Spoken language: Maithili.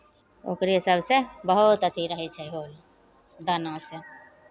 ओकरे सभसँ बहुत अथि रहै छै होल दानासँ